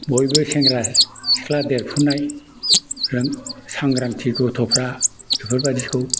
बयबो सेंग्रा सिख्ला देरफुनाय सांग्रांथि गथ'फ्रा बेफोरबायदिखौ